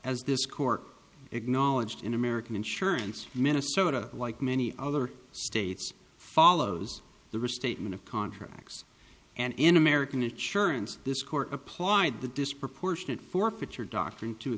as this court acknowledged in american insurance minnesota like many other states follows the restatement of contracts and in american assurance this court applied the disproportionate forfeit your doctrine to